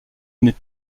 menées